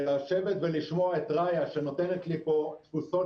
ולשבת ולשמוע את רעיה שנותנת לי פה תפוסות